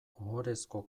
ohorezko